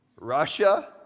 Russia